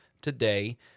today